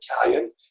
Italian